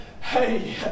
hey